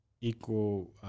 equal